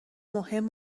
مهم